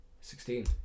sixteen